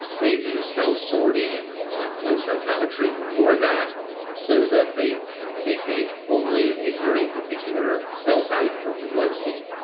they do cell sorting on flow cytometry before that so that they they take only a very particular cell type from your bloodstream.